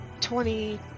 twenty